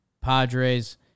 Padres